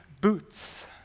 boots